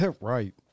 right